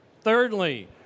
Thirdly